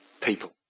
people